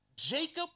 Jacob